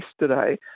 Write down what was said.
yesterday